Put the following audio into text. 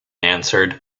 answered